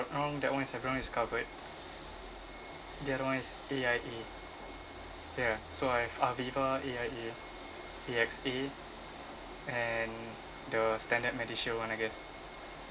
not wrong that [one] is everyone is covered the other one is A_I_A ya so I've aviva A_I_A A_X_A and the standard medishield one I guess